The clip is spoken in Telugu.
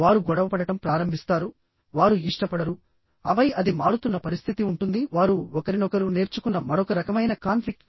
వారు గొడవపడటం ప్రారంభిస్తారు వారు ఇష్టపడరు ఆపై అది మారుతున్న పరిస్థితి ఉంటుంది వారు ఒకరినొకరు నేర్చుకున్న మరొక రకమైన కాన్ఫ్లిక్ట్